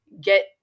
get